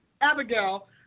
Abigail